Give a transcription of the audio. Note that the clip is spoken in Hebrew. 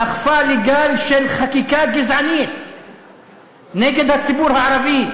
דחפה לגל של חקיקה גזענית נגד הציבור הערבי,